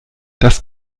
das